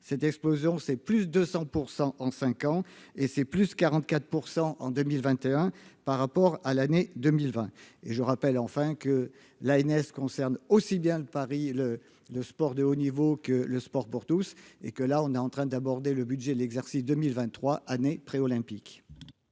cette explosion, c'est plus de 100 % en 5 ans et c'est plus 44 % en 2021 par rapport à l'année 2020 et je rappelle enfin que la NS concerne aussi bien le Paris le le sport de haut niveau que le sport pour tous, et que là on est en train d'aborder le budget de l'exercice 2023 année pré-olympique.